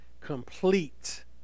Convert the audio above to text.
complete